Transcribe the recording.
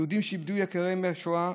יהודים שאיבדו את יקיריהם בשואה,